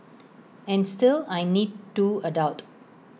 and still I need to adult